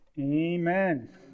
Amen